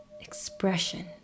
expression